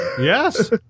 Yes